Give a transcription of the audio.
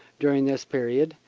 dur ing this period,